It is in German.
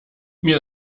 mir